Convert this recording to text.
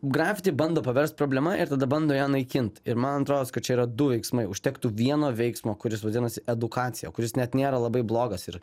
grafiti bando paverst problema ir tada bando ją naikint ir man rodos kad čia yra du veiksmai užtektų vieno veiksmo kuris vadinasi edukacija kuris net nėra labai blogas ir